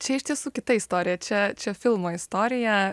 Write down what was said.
čia iš tiesų kita istorija čia čia filmo istorija